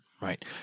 Right